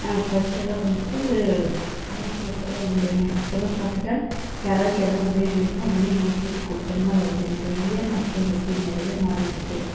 ஃபஸ்ட்டெல்லாம் வந்துவிட்டு நூற்றி எட்டெல்லாம் இல்லைங்க இப்போலாம் பார்த்துட்டா யாராக்கு ஏதோ உதவி வேணும்ன்னா உடனே நூற்றி எட்டு கூப்பிட்டோம்னா வருது நிறைய மருத்துவ வசதி நிறைய மாறியிருக்கு